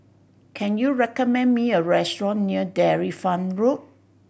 can you recommend me a restaurant near Dairy Farm Road